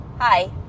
hi